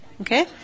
Okay